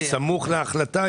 נותן להם לטעום טעם לא טוב,